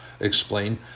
explain